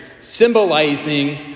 symbolizing